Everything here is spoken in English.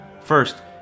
First